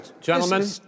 gentlemen